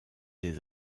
des